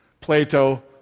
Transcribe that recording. Plato